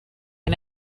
and